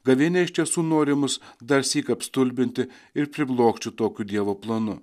gavėnia iš tiesų nori mus darsyk apstulbinti ir priblokšti tokiu dievo planu